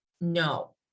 No